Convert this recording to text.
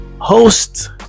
host